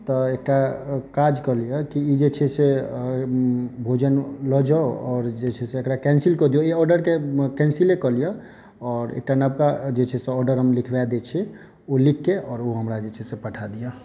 तऽ एकटा काज कऽ लियऽ कि ई जे छै से भोजन लऽ जाउ आओर जे छै से एकरा कैंसिल कऽ दियौ अहि आर्डर केँ कैंसिले कऽ लियऽ आओर एकटा नवका जे छै से आर्डर हम लिखबाय दै छी ओ लिखकेँ आओर ओ हमरा जे छै से पठा दिअ